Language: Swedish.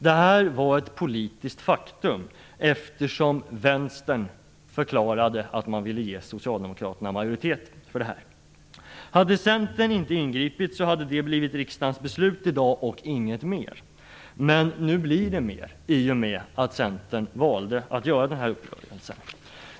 Det här var ett politiskt faktum, eftersom vänstern förklarade att man ville ge Socialdemokraterna majoritet för 15 %. Om Centern inte hade ingripit hade det blivit riksdagens beslut i dag och inget mer. Men nu blir det mer, i och med att Centern valde att träffa den här uppgörelsen.